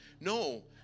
No